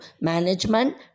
management